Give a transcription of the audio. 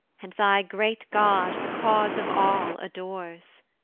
and thy great god, the cause of all adores.